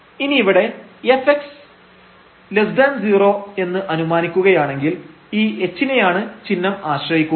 Δfh fx abk fy ab12 h2 fxx2hk fxyk2 fkk a b ⋯ ഇനി ഇവിടെ fx 0 എന്ന് അനുമാനിക്കുകയാണെങ്കിൽ ഈ h നെയാണ് ചിഹ്നം ആശ്രയിക്കുക